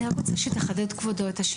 כבודו, אני מבקשת שתחדד את השאלה.